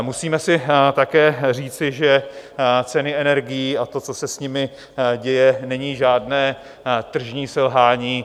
Musíme si také říci, že ceny energií a to, co se s nimi děje, není žádné tržní selhání.